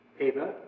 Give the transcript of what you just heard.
Ava